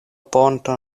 ponto